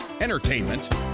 entertainment